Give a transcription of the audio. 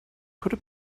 could